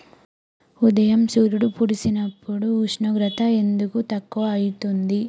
ఉదయం సూర్యుడు పొడిసినప్పుడు ఉష్ణోగ్రత ఎందుకు తక్కువ ఐతుంది?